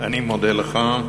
אני מודה לך.